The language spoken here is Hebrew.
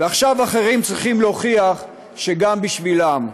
ועכשיו אחרים צריכים להוכיח שגם בשבילם.